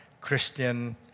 Christian